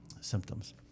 symptoms